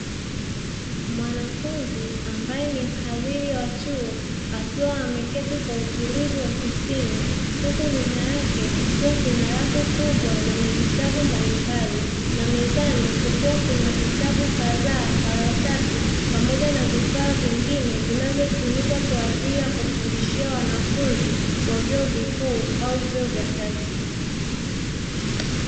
Mwanafunzi ambaye ni mhadhiri wa chuo akiwa ameketi kwa utulivu ofisini huku nyuma yake kukiwa kuna rafu kubwa yenye vitabu mbalimbali na mezani kukiwa kuna vitabu kadhaa, karatasi pamoja na vifaa vingine vinavyotumika kwa ajili ya kufundishia wanafunzi wa vyuo vikuu au vyuo vya kati.